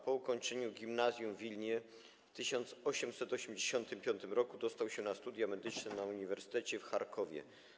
Po ukończeniu gimnazjum w Wilnie w 1885 r. dostał się na studia medyczne na Uniwersytecie w Charkowie.